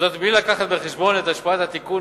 וזאת בלי להביא בחשבון את השפעת התיקון